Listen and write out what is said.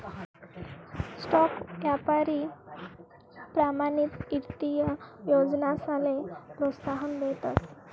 stock यापारी प्रमाणित ईत्तीय योजनासले प्रोत्साहन देतस